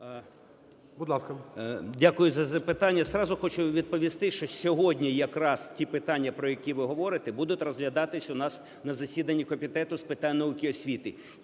Дякую за запитання. Зразу хочу відповісти, що сьогодні якраз ті питання, про які ви говорите, будуть розглядатися у нас на засіданні Комітету з питань науки і освіти,